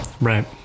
Right